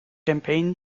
campaign